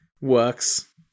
works